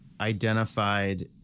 identified